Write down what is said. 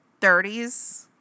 30s